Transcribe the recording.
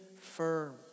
firm